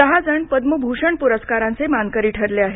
दहा जण पद्मभूषण पुरस्कारांचे मानकरी ठरले आहेत